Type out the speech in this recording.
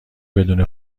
بدون